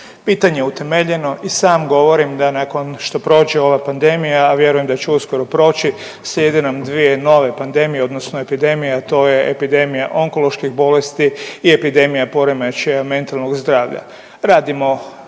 pitanje je utemeljeno i sam govorim da nakon što prođe ova pandemija, a vjerujem da će uskoro proći slijede nam dvije nove pandemije odnosno epidemije, a to je epidemija onkoloških bolesti i epidemija poremećaja mentalnog zdravlja.